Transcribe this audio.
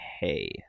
Hey